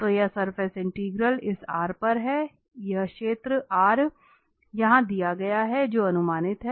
तो यह surface integral इस R पर है यह क्षेत्र R यहां दिया गया है जो अनुमानित है